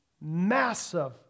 massive